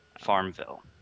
Farmville